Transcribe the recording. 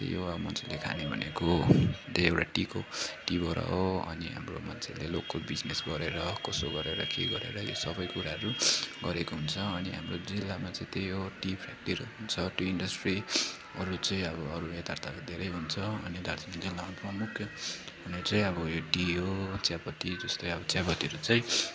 त्यही हो अब मान्छेले खाने भनेको त्यही एउटा टिको टीबाट हो अनि हाम्रो मान्छेले लोकल बिजनेस गरेर कसो गरेर के गरेर यो सबै कुराहरू गरेको हुन्छ अनि हाम्रो जिल्लामा चाहिँ त्यही हो टी फ्याक्ट्रीहरू हुन्छ टी इन्डस्ट्री अरू चाहिँ अब अरू यताउताहरू धेरै हुन्छ अनि दार्जिलिङ जिल्लामा मुख्य हुने चाहिँ अब यो टी हो चियापत्ती जसले अब चियापत्तीहरू चाहिँ